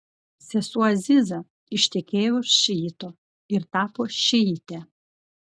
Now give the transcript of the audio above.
sesuo aziza ištekėjo už šiito ir tapo šiite